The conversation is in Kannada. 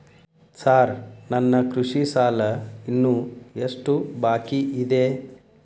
ಸಾರ್ ನನ್ನ ಕೃಷಿ ಸಾಲ ಇನ್ನು ಎಷ್ಟು ಬಾಕಿಯಿದೆ?